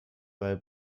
bei